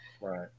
Right